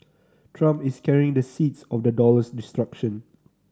Trump is carrying the seeds of the dollar's destruction